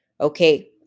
Okay